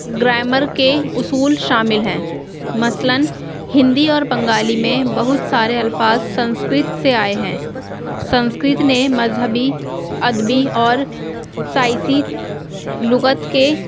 grammar کے اصول شامل ہیں مثلاً ہندی اور بنگالی میں بہت سارے الفاظ سنسکرت سے آئے ہیں سنسکرت نے مذہبی ادبی اور سائنسی لغت کے